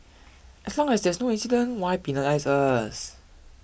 as long as there's no incident why penalise us